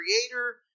creator